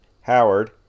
howard